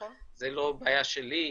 זה לא בעיה שלי.